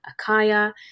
Akaya